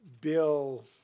bill